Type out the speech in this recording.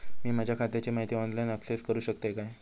मी माझ्या खात्याची माहिती ऑनलाईन अक्सेस करूक शकतय काय?